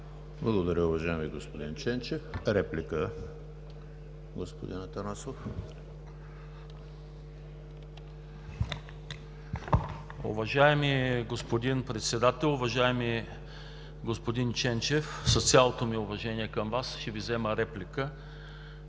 Благодаря Ви, уважаеми господин Ченчев. Реплика – господин Атанасов. СЛАВЧО АТАНАСОВ (ОП): Уважаеми господин Председател! Уважаеми господин Ченчев, с цялото ми уважение към Вас ще Ви взема реплика.